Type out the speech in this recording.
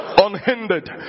Unhindered